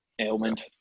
ailment